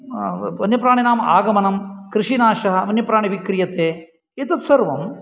वन्यप्राणिनाम् आगमनं कृषिनाशः वन्यप्राणिभिः क्रियते एतत् सर्वम्